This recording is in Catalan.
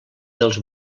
dels